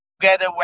together